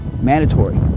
mandatory